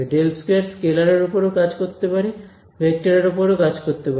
∇2 scalar এর উপর ও কাজ করতে পারে ভেক্টরের উপর ও কাজ করতে পারে